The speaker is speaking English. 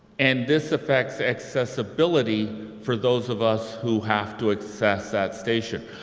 and this affects accessibility for those of us who have to access that station.